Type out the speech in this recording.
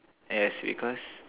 yes because